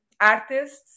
Artists